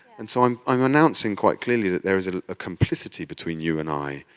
and so, i'm i'm announcing quite clearly that there is a complicity between you and i,